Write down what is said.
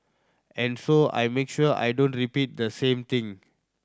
and so I make sure I don't repeat the same thing